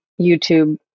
YouTube